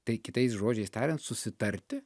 tai kitais žodžiais tariant susitarti